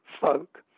folk